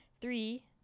Three